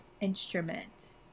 instrument